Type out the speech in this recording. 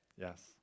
Yes